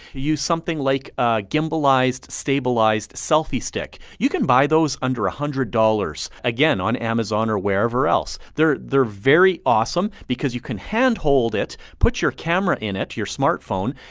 use something like a gimbalized, stabilized selfie stick. you can buy those under a hundred dollars. again, on amazon or wherever else. they're they're very awesome, because you can handhold it, put your camera in it, your smartphone,